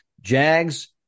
Jags